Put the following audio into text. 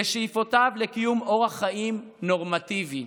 משאיפותיו לקיום אורח חיים נורמטיבי.